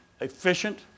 efficient